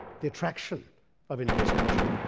the attraction of india's culture,